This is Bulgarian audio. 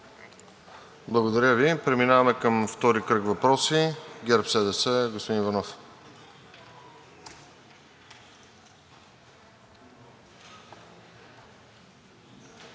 Благодаря Ви. Преминаваме към втори кръг въпроси. ГЕРБ-СДС – господин Иванов.